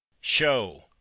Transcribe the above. Show